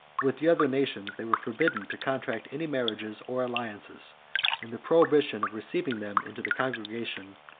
with the other nations they were forbidden to contract any marriages or alliances and the prohibition of receiving them into the congregation,